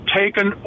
taken